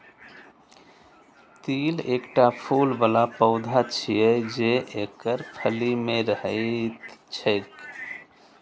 तिल एकटा फूल बला पौधा छियै, जे एकर फली मे रहैत छैक